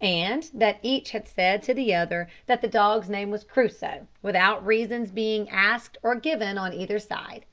and that each had said to the other that the dog's name was crusoe, without reasons being asked or given on either side.